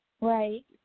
Right